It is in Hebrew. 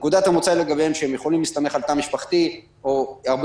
נקודת המוצא לגביהם היא שהם יכולים להסתמך על תא משפחתי או הרבה